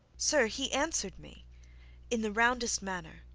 sir, he answered me in the roundest manner,